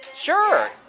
Sure